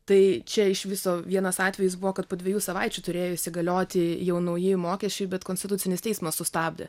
tai čia iš viso vienas atvejis buvo kad po dviejų savaičių turėjo įsigalioti jau nauji mokesčiai bet konstitucinis teismas sustabdė